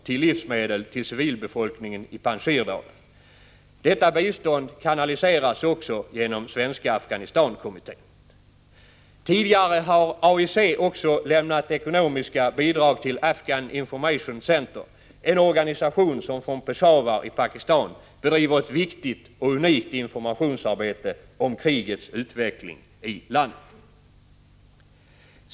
till livsmedel till civilbefolkningen i Panjshirdalen. Detta bistånd kanaliseras också genom Svenska Afghanistankommittén. Tidigare har solidaritetsfonden lämnat ekonomiska bidrag till Afghan Information Center, en organisation som från Peshawar i Pakistan bedriver ett viktigt och unikt informationsarbete om krigets utveckling i Afghanistan.